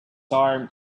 arm